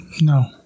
No